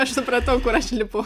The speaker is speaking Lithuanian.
aš supratau kur aš lipu